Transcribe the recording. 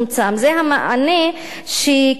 זה המענה שקיבל,